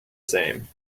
same